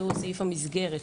שהוא סעיף המסגרת,